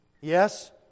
Yes